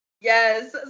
yes